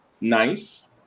nice